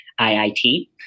IIT